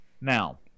now